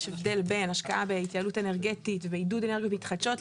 יש הבדל בין השקעה בהתייעלות אנרגטית ובעידוד אנרגיות מתחדשות,